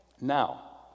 Now